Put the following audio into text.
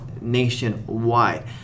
nationwide